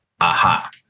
Aha